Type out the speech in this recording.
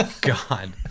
God